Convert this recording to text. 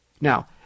Now